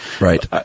Right